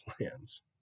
plans